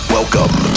Welcome